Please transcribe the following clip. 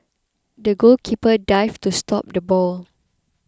the goalkeeper dived to stop the ball